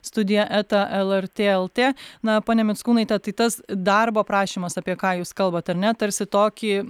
studija eta lrt lt na pone mickūnaite tai tas darbo prašymas apie ką jūs kalbat ar ne tarsi tokį